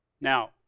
Now